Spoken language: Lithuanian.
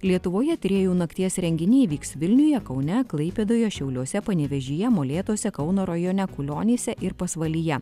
lietuvoje tyrėjų nakties renginiai vyks vilniuje kaune klaipėdoje šiauliuose panevėžyje molėtuose kauno rajone kulionyse ir pasvalyje